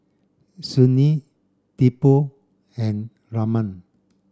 Sunil Tipu and Raman